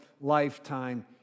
lifetime